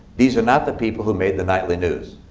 these are not the people who made the nightly news.